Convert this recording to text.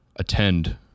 Attend